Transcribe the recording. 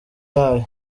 yayo